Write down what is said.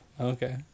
Okay